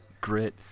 grit